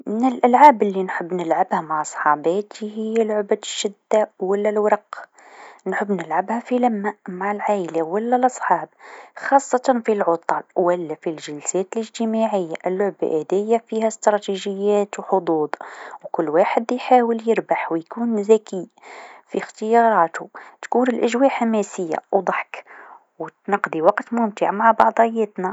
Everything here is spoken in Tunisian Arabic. من الألعاب لنحب نلعبها مع صحاباتي هي لعبة الشده و لا الورق، نحب نلعبها في لمه مع العايله و لا لصحاب خاصه في العطل و لا في الجلسات الإجتماعيه، اللعبه هاذيا فيها إستراتيجيات و حظوظ و كل واحد يحاول يربح و يكون ذكي في إختياراتو، تكون الأجواء حماسيه و ضحك و نقضي وقت ممتع مع بعضاياتنا.